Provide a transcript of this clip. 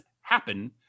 happen